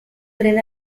tren